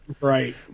Right